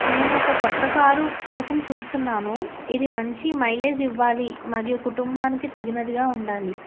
నేను ఒక కొత్త కారు కోసం చూస్తున్నాను ఇది మంచి మైలేజ్ ఇవ్వాలి మరియు కుటుంబానికి తగినదిగా ఉండాలి